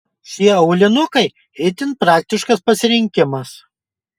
šie aulinukai itin praktiškas pasirinkimas